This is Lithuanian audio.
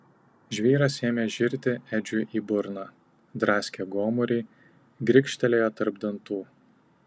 žvyras ėmė žirti edžiui į burną draskė gomurį grikštelėjo tarp dantų